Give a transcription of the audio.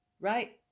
right